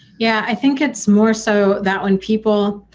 yeah, i think it's more so that when people.